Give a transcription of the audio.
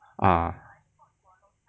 ah